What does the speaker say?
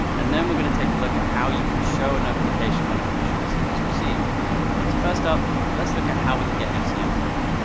and then we're going to take a look at how you can show a notification when a push message is received. so first up, let's look at how we can get an fcm token.